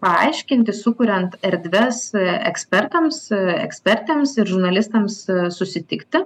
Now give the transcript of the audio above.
paaiškinti sukuriant erdves ekspertams ekspertėms ir žurnalistams susitikti